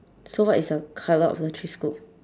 so what is the colour of the three scoop